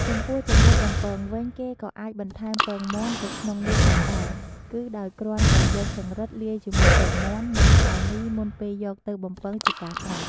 ចំពោះចង្រិតបំពងវិញ គេក៏អាចបន្ថែមពងមាន់ទៅក្នុងនោះផងដែរ គឺដោយគ្រាន់តែយកចង្រិតលាយជាមួយពងមាន់ និងម្សៅមីមុនពេលយកទៅបំពងជាការស្រេច។